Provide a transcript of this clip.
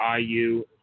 IU